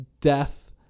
death